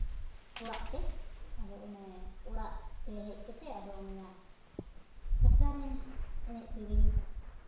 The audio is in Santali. ᱚᱲᱟᱜ ᱛᱮ ᱟᱫᱚ ᱚᱱᱮ ᱚᱲᱟᱜ ᱛᱮ ᱦᱮᱡ ᱠᱟᱛᱮᱫ ᱟᱫᱚ ᱩᱱᱤᱭᱟᱜ ᱪᱷᱟᱴᱠᱟ ᱨᱮ ᱮᱱᱮᱡ ᱥᱮᱨᱮᱧ